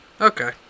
Okay